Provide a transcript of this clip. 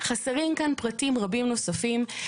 חסרים כאן פרטים רבים נוספים.